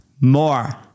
more